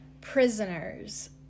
Prisoners